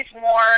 more